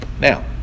Now